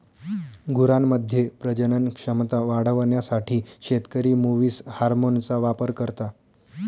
गुरांमध्ये प्रजनन क्षमता वाढवण्यासाठी शेतकरी मुवीस हार्मोनचा वापर करता